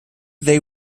they